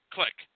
Click